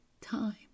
time